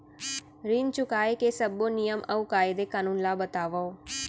ऋण चुकाए के सब्बो नियम अऊ कायदे कानून ला बतावव